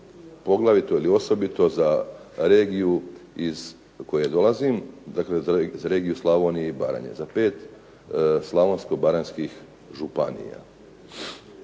poglavito ili osobito za regiju iz koje dolazim, dakle za regiju Slavonije i Baranje, za pet slavonsko-baranjskih županija.